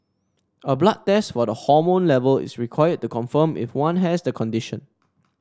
a blood test for the hormone level is required to confirm if one has the condition